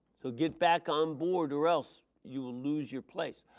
so get back on board or else you will lose your place.